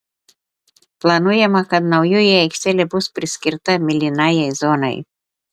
planuojama kad naujoji aikštelė bus priskirta mėlynajai zonai